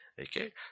Okay